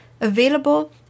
available